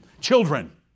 Children